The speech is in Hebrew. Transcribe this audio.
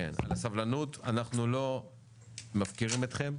אנחנו לא מפקירים אתכם.